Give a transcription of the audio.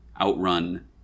outrun